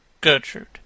Gertrude